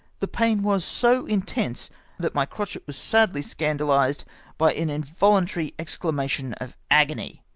the pain was so intense that my crotchet was sadly scandahsed by an involuntary exclamation of agony,